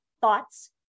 thoughts